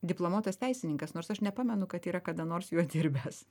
diplomuotas teisininkas nors aš nepamenu kad yra kada nors juo dirbęs